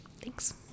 Thanks